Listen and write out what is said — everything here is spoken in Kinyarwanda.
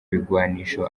ibigwanisho